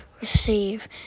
receive